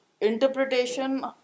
interpretation